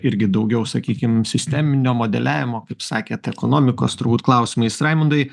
irgi daugiau sakykim sisteminio modeliavimo kaip sakėt ekonomikos turbūt klausimais raimundai